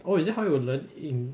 oh is it how you learn in